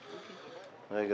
פורר,